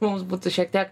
mums būtų šiek tiek